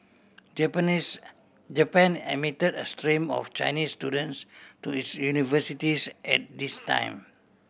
Japanese Japan admitted a stream of Chinese students to its universities at this time